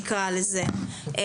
נקרא לזה כך,